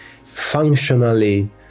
functionally